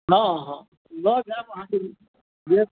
हाँ हाँ लऽ जायब अहाँके देब